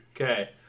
Okay